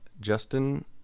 Justin